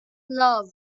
love